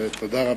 תודה רבה.